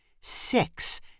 Six